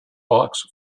box